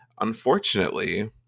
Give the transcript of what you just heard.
unfortunately